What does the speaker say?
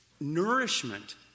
nourishment